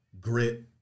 grit